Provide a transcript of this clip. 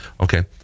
okay